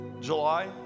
July